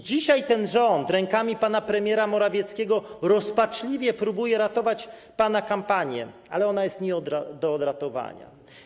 Dzisiaj ten rząd rękami pana premiera Morawieckiego rozpaczliwie próbuje ratować pana kampanię, ale ona jest nie do odratowania.